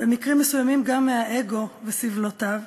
במקרים מסוימים גם מהאגו וסבלותיו,